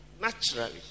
Naturally